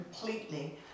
completely